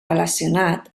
relacionat